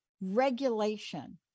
regulation